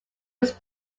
was